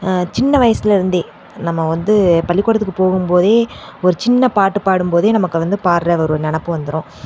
சின்ன வயதுலருந்தே நம்ம வந்து பள்ளி கூடத்துக்கு போகும்போதே ஒரு சின்ன பாட்டு பாடும்போதே நமக்கு வந்து பாடுற ஒரு நினப்பு வந்துடும்